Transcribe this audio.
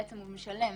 בעצם הוא משלם